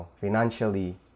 financially